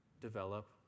develop